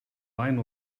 line